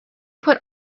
put